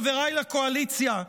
חבריי לקואליציה,